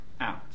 out